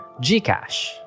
Gcash